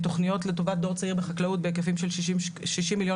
תכניות לטובת דור צעיר בחקלאות בהיקפים של שישים מיליון